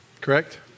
correct